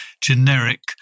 generic